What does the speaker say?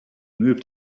moved